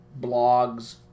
blogs